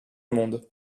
monde